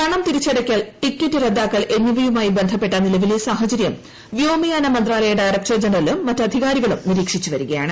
പണം തിരിച്ചടയ്ക്കിൽ ടിക്കറ്റ് റദ്ദാക്കൽ എന്നിവയുമായി ബന്ധപ്പെട്ട നിലവിലെ സാഹചര്യം വ്യോമയാന മന്ത്രാലയ ഡയറക്ടർ ജനറലും മറ്റ് അധികാരികളും നിരീക്ഷിച്ചുവരികയാണ്